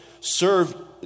serve